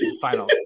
final